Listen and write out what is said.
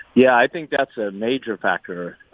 yeah, i think that's a major factor.